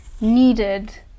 needed